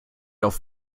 auf